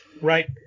right